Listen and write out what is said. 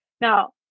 now